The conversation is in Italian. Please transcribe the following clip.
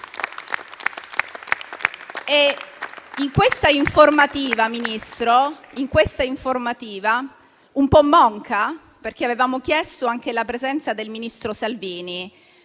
Questa informativa, signor Ministro, è un po' monca, perché avevamo chiesto anche la presenza del ministro Salvini,